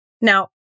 Now